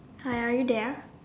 hi are you there